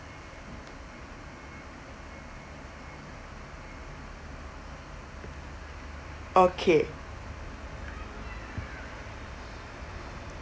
okay